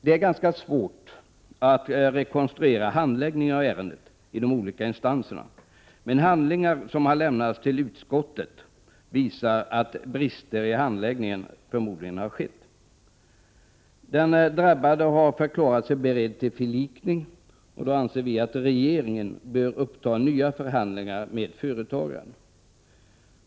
Det är ganska svårt att rekonstruera handläggningen av ärendet i de olika instanserna, men de handlingar som har lämnats till utskottet tyder på att brister i handläggningen förmodligen har skett. Den drabbade har förklarat sig beredd till förlikning, och då anser vi att regeringen bör uppta nya förhandlingar med företagaren.